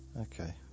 okay